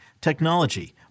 technology